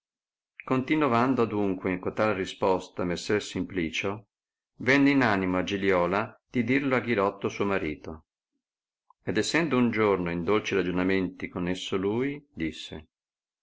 continovando adunque in cotal risposta messer simplicio venne in animo a giliola di dirlo a ghirotto suo marito ed essendo un giorno in dolci ragionamenti con esso lui disse